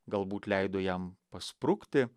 galbūt leido jam pasprukti